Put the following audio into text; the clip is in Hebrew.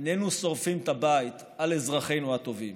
איננו שורפים את הבית על אזרחינו הטובים.